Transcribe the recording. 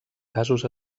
casos